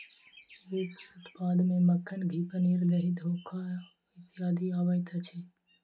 उप उत्पाद मे मक्खन, घी, पनीर, दही, खोआ इत्यादि अबैत अछि